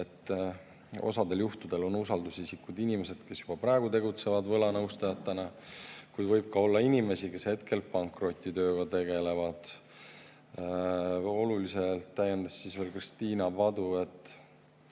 et osal juhtudel on usaldusisikud inimesed, kes juba praegu tegutsevad võlanõustajana, kuid nad võivad olla ka inimesed, kes praegu pankrotitööga tegelevad. Olulise täiendusena ütles Kristiina Padu, et